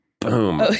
boom